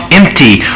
empty